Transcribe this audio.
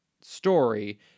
story